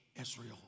Israel